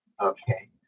Okay